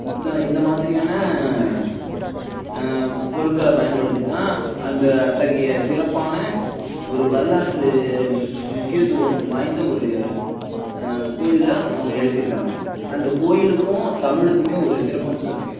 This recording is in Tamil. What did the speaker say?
இதான் இந்த மாதிரியான பொருட்களை பயன்படுத்தி தான் அந்த அத்தகைய சிறப்பான ஒரு வரலாற்று முக்கியத்துவம் வாய்ந்த ஒரு கோயிலை அவங்க எழுப்பியிருக்காங்க அந்த கோயிலுக்கும் தமிழுக்குமே ஒரு சிறப்பம்சம் இருக்கு